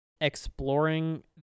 exploring